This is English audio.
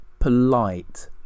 polite